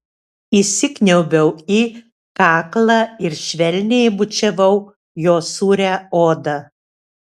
įsikniaubiau į kaklą ir švelniai bučiavau jo sūrią odą